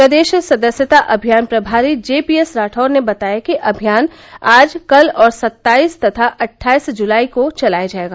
प्रदेश सदस्यता अभियान प्रभारी जेपीएस राठौर ने बताया कि अभियान आज कल और सत्ताईस तथा अट्ठाईस जुलाई को चलाया जाएगा